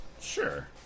sure